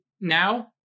now